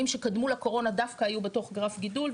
שקדמו לקורונה דווקא היו בתוך גרף גידול,